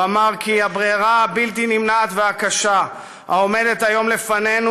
כי "הברירה הבלתי-נמנעת והקשה העומדת היום לפנינו